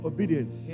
Obedience